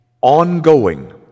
Ongoing